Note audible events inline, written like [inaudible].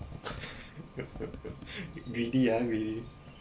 [laughs] greedy ah greedy